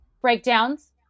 breakdowns